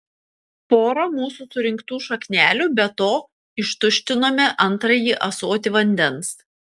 porą mūsų surinktų šaknelių be to ištuštinome antrąjį ąsotį vandens